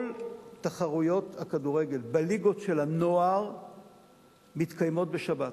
כל תחרויות הכדורגל בליגות של הנוער מתקיימות בשבת.